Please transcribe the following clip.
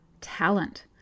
talent